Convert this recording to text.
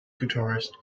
guitarist